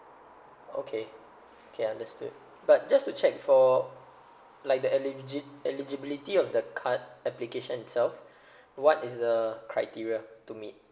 okay can understood but just to check for like the eligibi~ eligibility of the card application itself what is the criteria to meet